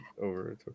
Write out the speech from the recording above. over